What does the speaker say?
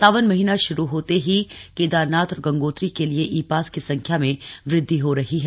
सावन महीना श्रू होते ही केदारनाथ और गंगोत्री के लिए ई पास की संख्या में वृद्धि हो रही है